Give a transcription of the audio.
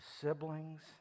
siblings